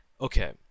okay